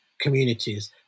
communities